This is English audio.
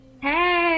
Hey